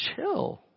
chill